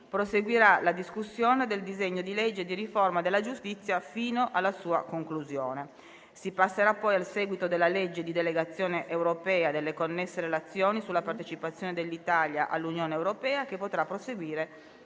proseguirà la discussione del disegno di legge di riforma della giustizia, fino alla sua conclusione. Si passerà poi al seguito della legge di delegazione europea e delle connesse relazioni sulla partecipazione dell'Italia all'Unione europea, che potrà proseguire